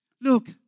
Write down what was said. Look